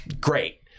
great